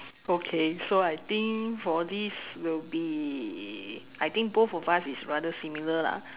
okay so I think for this will be I think both of us is rather similar lah